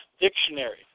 dictionary